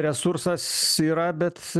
resursas yra bet